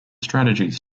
strategies